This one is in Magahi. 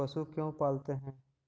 पशु क्यों पालते हैं?